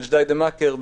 בג'דידה-מאכר,